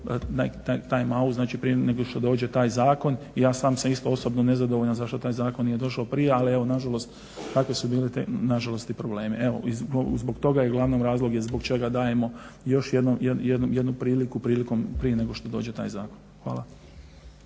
time outa znači prije nego što dođe taj zakon. Ja sam, sam isto osobno nezadovoljan zašto taj zakon nije došao prije, ali evo nažalost takve su bili nažalost i problemi. Evo i zbog toga je glavni razlog zbog čega dajemo još jednu priliku prije nego što dođe taj zakon. Hvala.